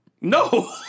No